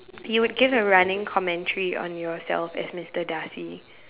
you would give a running commentary on yourself as Mister Darcy